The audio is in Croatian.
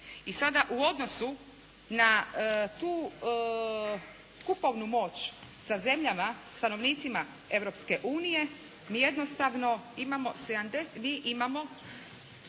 I sada u odnosu na tu kupovnu moć sa zemljama stanovnicima Europske unije mi jednostavno imamo,